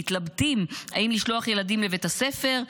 מתלבטים אם לשלוח ילדים לבית הספר,